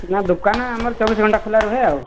ନା ଦୋକାନ ଆମର ଚବିଶ ଘଣ୍ଟା ଖୋଲା ରୁହେ ଆଉ